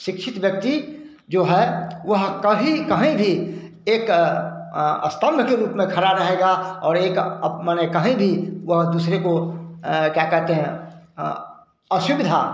शिक्षित व्यक्ति जो है वह कही कहीं भी एक स्तंभ के रूप में खड़ा रहेगा और एक अप माने कहीं भी वह दूसरे को क्या कहते हैं असुविधा